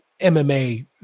MMA